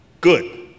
Good